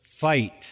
fight